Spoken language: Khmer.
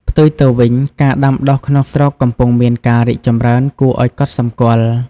ផ្ទុយទៅវិញ ការដាំដុះក្នុងស្រុកកំពុងមានការរីកចម្រើនគួរឱ្យកត់សម្គាល់។